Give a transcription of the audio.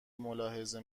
ملاحظه